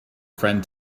friend